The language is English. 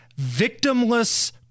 victimless